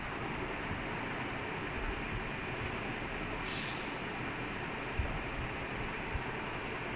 ya dude அவன் நல்ல விளையாடுறான் இந்த வாட்டி:avan nalla dhaan vilaiyaaduraan intha vaatti like he stop like he scoring all but like non penalty rules it's not allowed